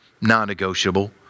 non-negotiable